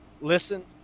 listen